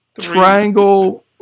triangle